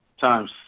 times